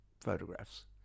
photographs